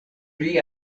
pri